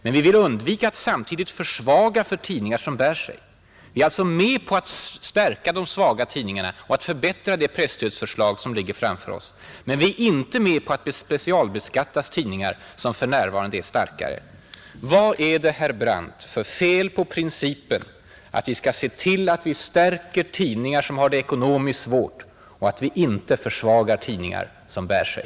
Men vi vill undvika att samtidigt försvaga tidningar som bär sig. Vi är alltså med på att stärka de svaga tidningarna och att förbättra det presstödsförslag som ligger framför oss. Men vi är inte med på att specialbeskatta tidningar som för närvarande går hyggligt. Vad är det, herr Brandt, för fel på principen att vi skall se till att vi stärker tidningar som har det ekonomiskt svårt och att vi inte försvagar tidningar som bär sig?